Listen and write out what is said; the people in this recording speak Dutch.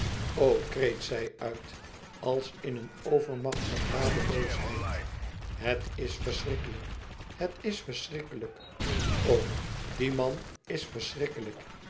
kreet zij uit als in een overmacht van radeloosheid het is verschrikkelijk het is verschrikkelijk o die man is verschrikkelijk